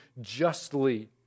justly